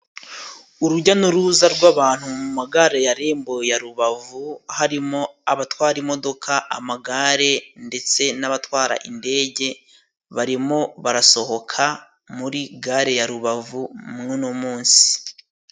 Urujya n'uruza rw'abantu mu magare ya rembo ya rubavu harimo: abatwara imodoka, amagare ndetse n'abatwara indege, barimo barasohoka muri gare ya rubavu muri uno munsi.